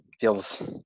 feels